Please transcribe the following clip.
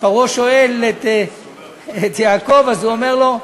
פרעה שאל את יעקב, אז הוא אומר לו: